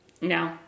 No